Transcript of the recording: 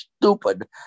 stupid